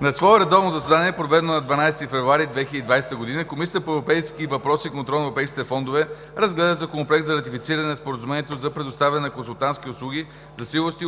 На свое редовно заседание, проведено на 12 февруари 2020 г., Комисията по европейските въпроси и контрол на европейските фондове разгледа Законопроект за ратифициране на Споразумението за предоставяне на консултантски услуги, засилващи